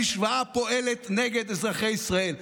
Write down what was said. המשוואה פועלת נגד אזרחי ישראל.